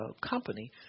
company